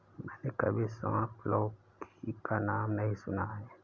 मैंने कभी सांप लौकी का नाम नहीं सुना है